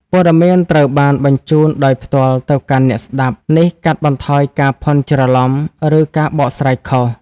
ព័ត៌មានត្រូវបានបញ្ជូនដោយផ្ទាល់ទៅកាន់អ្នកស្ដាប់ នេះកាត់បន្ថយការភ័ន្តច្រឡំ ឬការបកស្រាយខុស។